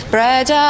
Bread